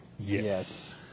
Yes